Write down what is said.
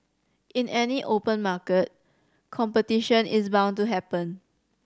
in any open market competition is bound to happen